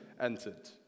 entered